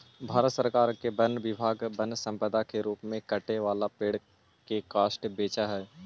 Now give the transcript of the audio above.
भारत सरकार के वन विभाग वन्यसम्पदा के रूप में कटे वाला पेड़ के काष्ठ बेचऽ हई